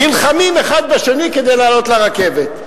נלחמים האחד בשני כדי לעלות לרכבת?